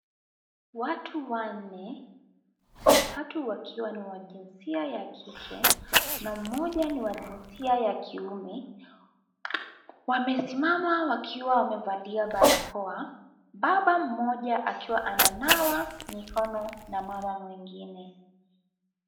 Watu wanne, watatu wakiwa ni wa jinsia ya kike na mmoja NI wa jinsia ya kiume . Wamesimama wakiwa wamevalia barakoa ,Baba mmoja akiwa ananawa mikono na mama mwingine.